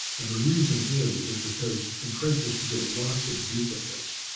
and the reason is is because in craigslist you get lots of duplicates.